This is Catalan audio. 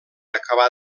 acabar